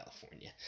California